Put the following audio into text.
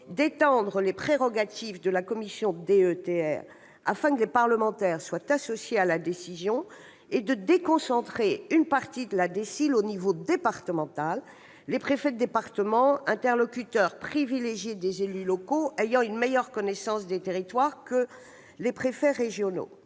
d'étendre les prérogatives de la commission DETR, afin que les parlementaires soient associés à la décision, et de déconcentrer une partie de la DSIL au niveau départemental, les préfets de département, interlocuteurs privilégiés des élus locaux, ayant une meilleure connaissance des territoires que les préfets régionaux.